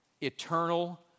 eternal